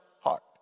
heart